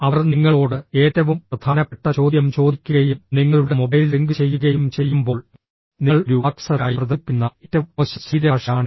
അവർ നിങ്ങളോട് ഏറ്റവും പ്രധാനപ്പെട്ട ചോദ്യം ചോദിക്കുകയും നിങ്ങളുടെ മൊബൈൽ റിംഗ് ചെയ്യുകയും ചെയ്യുമ്പോൾ നിങ്ങൾ ഒരു ആക്സസറിയായി പ്രദർശിപ്പിക്കുന്ന ഏറ്റവും മോശം ശരീരഭാഷയാണിത്